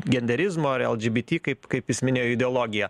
genderizmo ar lgbt kaip kaip jis minėjo ideologija